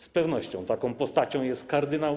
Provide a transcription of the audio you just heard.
Z pewnością taką postacią jest kard.